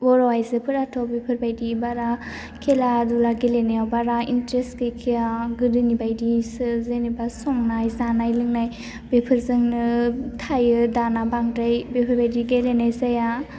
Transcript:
बर' आइजोफोराथ' बेफोरबायदि बारा खेला दुला गेलेनायाव बारा इन्टारेस्ट गैखाया गोदोनि बायदिसो जेनेबा संनाय जानाय लोंनाय बेफोरजोंनो थायो दाना बांद्राय बेफोरबायदि गेलेनाय जाया